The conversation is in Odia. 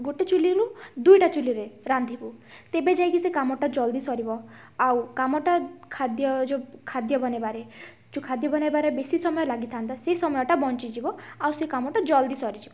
ଗୋଟେ ଚୂଲିରୁ ଦୁଇଟା ଚୂଲିରେ ରାନ୍ଧିବୁ ତେବେ ଯାଇକି ସେ କାମଟା ଜଲ୍ଦି ସରିବ ଆଉ କାମଟା ଖାଦ୍ୟ ଯ ଖାଦ୍ୟ ବନେଇବାରେ ଯେଉଁ ଖାଦ୍ୟ ବନେଇବାରେ ବେଶୀ ସମୟ ଲାଗିଥାନ୍ତା ସେ ସମୟଟା ବଞ୍ଚିଯିବ ଆଉ ସେ କାମଟା ଜଲ୍ଦି ସରିଯିବ